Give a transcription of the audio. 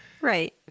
Right